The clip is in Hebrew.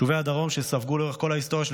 יישובי הדרום ספגו לאורך כל ההיסטוריה של